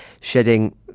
shedding